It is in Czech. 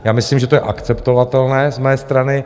Já myslím, že to je akceptovatelné z mé strany.